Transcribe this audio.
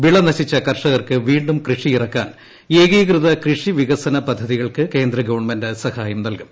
വിള നശിച്ച കർഷകർക്ക് വീണ്ടും കൃഷിയിറക്കാൻ ഏകീകൃതകൃഷി വികസന പദ്ധതികൾക്ക് കേന്ദ്രഗവൺമെന്റ് സഹായം നൽകും